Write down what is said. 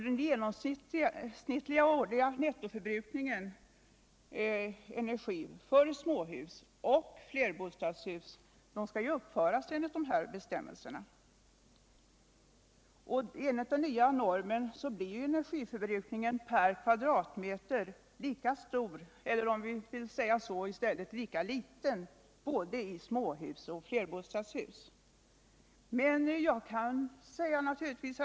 Den genomsnittliga årliga nettoförbrukningen av energi blir enligt den nya normen lika stör eller — om vi så vill — lika liten i småhus och flerbostadshus, vilka ju också skall uppföras enligt dessa bestämmelser.